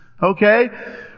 Okay